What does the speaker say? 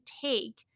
take